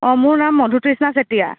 অ মোৰ নাম মধুতৃষ্ণা চেতিয়া